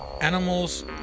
Animals